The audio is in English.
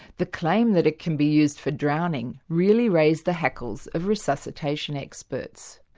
the claim that it can be used for drowning really raised the hackles of resuscitation experts.